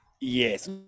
Yes